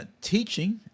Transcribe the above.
teaching